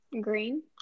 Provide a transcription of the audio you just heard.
Green